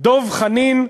דב חנין ברח.